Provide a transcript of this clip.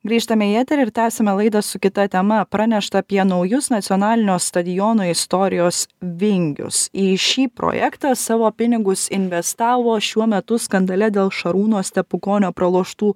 grįžtame į eterį ir tęsiame laidą su kita tema pranešta apie naujus nacionalinio stadiono istorijos vingius į šį projektą savo pinigus investavo šiuo metu skandale dėl šarūno stepukonio praloštų